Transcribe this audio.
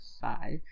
five